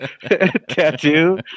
tattoo